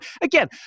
Again